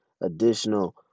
additional